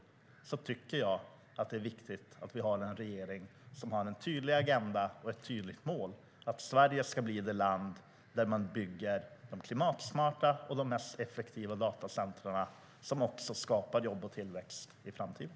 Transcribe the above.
Därför tycker jag att det är viktigt att vi har en regering som har en tydlig agenda och ett tydligt mål, att Sverige ska bli det land där man bygger de klimatsmarta och de mest effektiva datacentren, som också skapar jobb och tillväxt i framtiden.